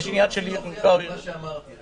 הם רוצים להוכיח את מה שאמרתי.